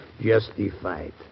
justified